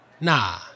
Nah